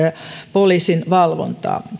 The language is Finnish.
poliisin valvontaa